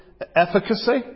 efficacy